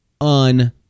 un